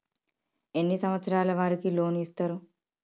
ఎన్ని సంవత్సరాల వారికి లోన్ ఇస్తరు?